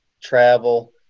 travel